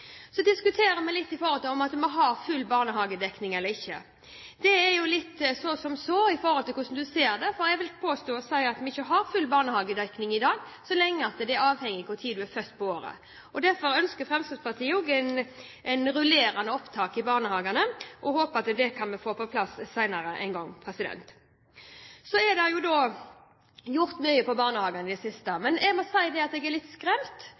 Så diskuterer vi litt om vi har full barnehagedekning eller ikke. Det er jo litt så som så i forhold til hvordan en ser det. Jeg vil påstå at vi ikke har full barnehagedekning i dag, så lenge det er avhengig av når på året barnet er født. Derfor ønsker Fremskrittspartiet et rullerende opptak i barnehagene og håper at vi kan få på plass det senere en gang. Det er gjort mye når det gjelder barnehagene i det siste. Men jeg må si at jeg er litt skremt